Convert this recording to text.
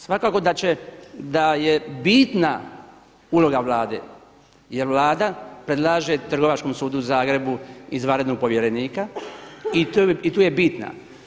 Svakako da je bitna uloga Vlade, jer Vlada predlaže Trgovačkom sudu u Zagrebu izvanrednog povjerenika i tu je bitna.